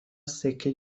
سکه